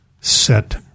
set